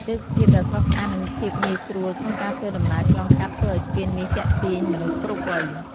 ទេសភាពដ៏ស្រស់ស្អាត និងភាពងាយស្រួលក្នុងការធ្វើដំណើរឆ្លងកាត់ ធ្វើឱ្យស្ពាននេះទាក់ទាញមនុស្សគ្រប់វ័យ។